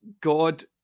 God